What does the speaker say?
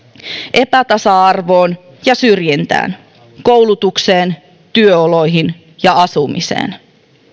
epätasa arvoon ja syrjintään koulutukseen työoloihin ja asumiseen